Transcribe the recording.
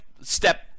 step